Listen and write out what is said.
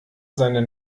seine